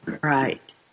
Right